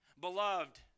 Beloved